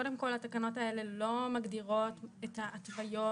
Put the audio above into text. קודם כל התקנות האלה לא מגדירות את ההתוויות,